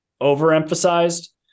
overemphasized